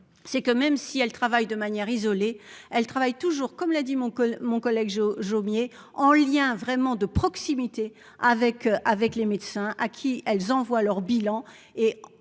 c'est que même si elle travaille de manière isolée, elle travaille toujours. Comme l'a dit mon collègue, mon collègue Jo Jomier en lien vraiment de proximité avec avec les médecins à qui elles envoient leur bilan